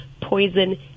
Poison